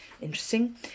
Interesting